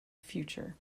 future